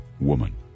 woman